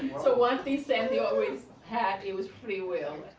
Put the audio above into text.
so one thing sandy always had, it was free will.